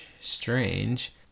Strange